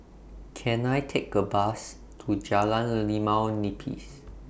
Can I Take A Bus to Jalan Limau Nipis